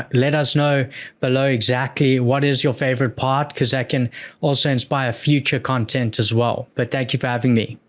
let us know below exactly, what is your favorite part? cause that can also inspire future content as well. but thank you for having me.